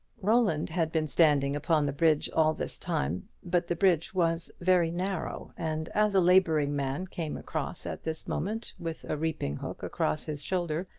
roland had been standing upon the bridge all this time but the bridge was very narrow, and as a labouring man came across at this moment with a reaping-hook across his shoulder,